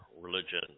religion